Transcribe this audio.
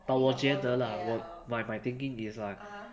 but 我觉得 lah my my thinking is like